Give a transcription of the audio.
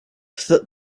that